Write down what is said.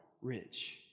rich